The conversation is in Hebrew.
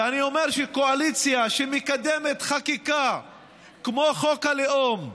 ואני אומר שקואליציה שמקדמת חקיקה כמו חוק הלאום,